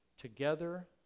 together